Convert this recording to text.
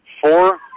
Four